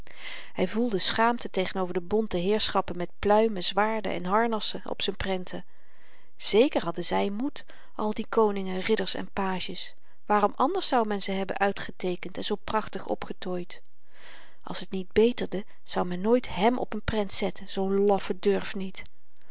hy voelde schaamte tegenover de bonte heerschappen met pluimen zwaarden en harnassen op z'n prenten zeker hadden zy moed al die koningen ridders en pages waarom anders zou men ze hebben uitgeteekend en zoo prachtig opgetooid als t niet beterde zou men nooit hèm op n prent zetten zoo'n laffen durfniet